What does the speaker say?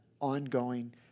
ongoing